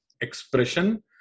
expression